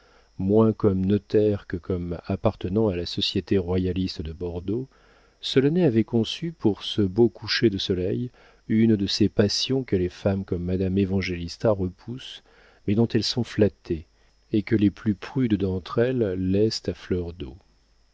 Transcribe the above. moins comme notaire que comme appartenant à la société royaliste de bordeaux solonet avait conçu pour ce beau coucher de soleil une de ces passions que les femmes comme madame évangélista repoussent mais dont elles sont flattées et que les plus prudes d'entre elles laissent à fleur d'eau